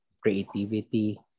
Creativity